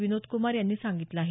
विनोद कुमार यांनी सांगितलं आहे